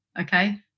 Okay